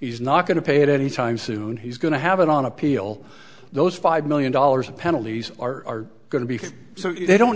he's not going to pay it any time soon he's going to have it on appeal those five million dollars penalties are going to be so they don't